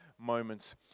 moments